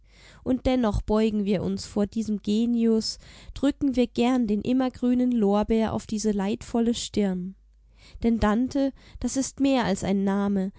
und dennoch beugen wir uns vor diesem genius drücken wir gern den immergrünen lorbeer auf diese leidvolle stirn denn dante das ist mehr als ein name